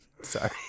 sorry